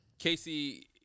Casey